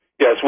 Yes